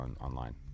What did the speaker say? online